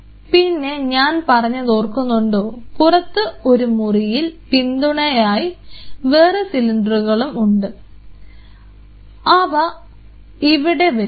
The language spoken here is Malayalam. പിന്നെ ഞാൻ പറഞ്ഞതോർക്കുന്നുണ്ടോ പുറത്ത് ഒരു മുറിയിൽ പിന്തുണയായി വേറെ സിലിണ്ടറുകളും ഉണ്ട് അവ ഇവിടെ വരും